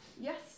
yes